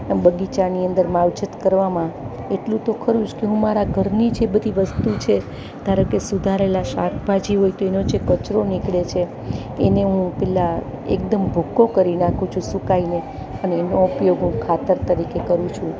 બગીચાની અંદર માવજત કરવામાં એટલું તો ખરું જ કે હું મારા ઘરની જે બધી વસ્તુ છે ધારો કે સુધારેલા શાકભાજી હોય તેનો જે કચરો નીકળે છે એને હું પહેલા એકદમ ભૂક્કો કરી નાખું છું સુકાઈને અને એનો ઉપયોગ હું ખાતર તરીકે કરું છું